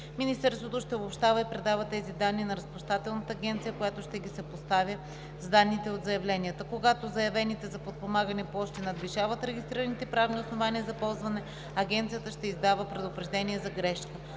Министерството ще обобщава и предава тези данни на Разплащателната агенция, която ще ги съпоставя с данните от заявленията. Когато заявените за подпомагане площи надвишават регистрираните правни основания за ползване, Агенцията ще издава предупреждение за грешка.